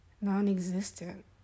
non-existent